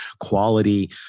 quality